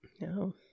No